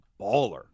baller